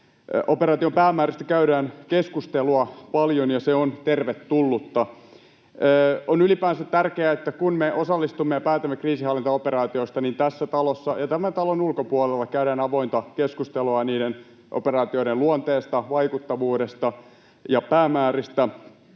operaation päämäärästä käydään keskustelua paljon, ja se on tervetullutta. On ylipäänsä tärkeää, että kun me osallistumme ja päätämme kriisinhallintaoperaatioista, niin tässä talossa ja tämän talon ulkopuolella käydään avointa keskustelua operaatioiden luonteesta, vaikuttavuudesta ja päämääristä.